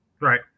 Right